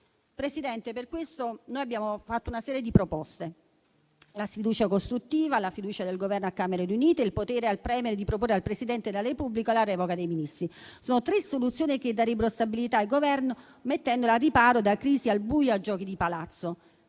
Presidente, per questo noi abbiamo presentato una serie di proposte. La sfiducia costruttiva, la fiducia del Governo a Camere riunite, il potere al *Premier* di proporre al Presidente della Repubblica la revoca dei Ministri: sono tre soluzioni che darebbero stabilità al Governo, mettendolo al riparo da crisi al buio e giochi di palazzo.